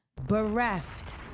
Bereft